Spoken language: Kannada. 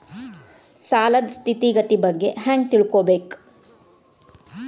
ಸಾಲದ್ ಸ್ಥಿತಿಗತಿ ಬಗ್ಗೆ ಹೆಂಗ್ ತಿಳ್ಕೊಬೇಕು?